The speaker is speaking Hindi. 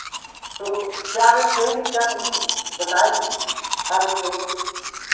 तो क्या रेट देंगे क्या नहीं बताए नहीं क्या रेट देंगे